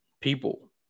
people